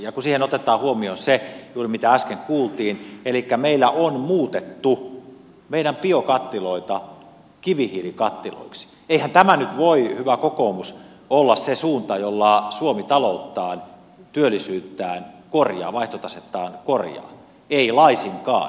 kun siihen otetaan huomioon se juuri mitä äsken kuultiin elikkä se että meillä on muutettu meidän biokattiloita kivihiilikattiloiksi eihän tämä nyt voi hyvä kokoomus olla se suunta jolla suomi talouttaan työllisyyttään korjaa vaihtotasettaan korjaa ei laisinkaan